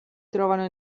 trovano